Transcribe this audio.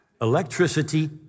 electricity